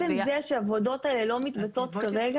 ולכן עצם זה שהעבודות האלה לא מתבצעות כרגע,